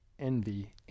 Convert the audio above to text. envy